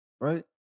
Right